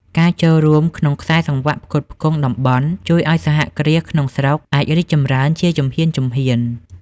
ការចូលរួមក្នុងខ្សែសង្វាក់ផ្គត់ផ្គង់តំបន់ ជួយឱ្យសហគ្រាសក្នុងស្រុកអាចរីកចម្រើនជាជំហានៗ។